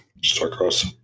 Starcross